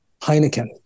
heineken